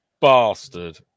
bastard